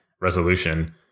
resolution